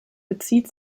bezieht